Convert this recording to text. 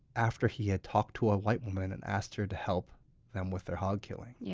after he had talked to a white woman and asked her to help them with their hog killing. yeah